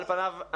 על פניו,